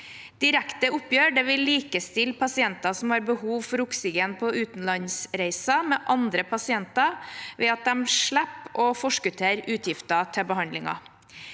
Direkte oppgjør vil likestille pasienter som har behov for oksygen på utenlandsreiser, med andre pasienter, ved at de slipper å forskuttere utgiftene til behandlingen.